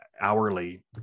hourly